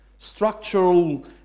structural